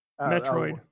metroid